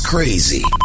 Crazy